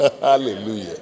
Hallelujah